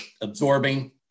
absorbing